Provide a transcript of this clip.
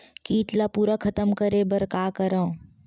कीट ला पूरा खतम करे बर का करवं?